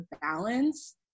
balance